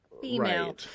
female